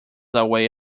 away